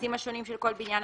המפלסים השונים של כל בניין,